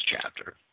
chapter